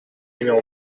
numéro